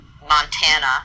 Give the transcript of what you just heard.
Montana